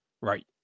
right